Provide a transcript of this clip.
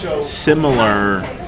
similar